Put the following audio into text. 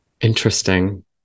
interesting